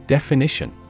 Definition